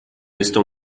estou